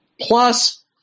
plus